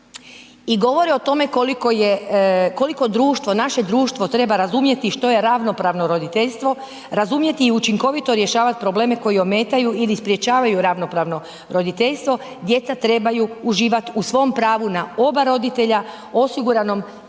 i govore o tome koliko društvo, naše društvo treba razumjeti što je ravnopravno roditeljstvo, razumjeti i učinkovito rješavati probleme koji ometaju ili sprječavaju ravnopravno roditeljstvo, djeca trebaju uživati u svom pravu na oba roditelja osigurano